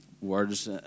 words